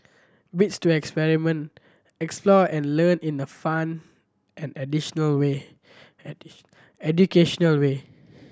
bits to experiment explore and learn in a fun and additional way educational way